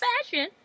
fashion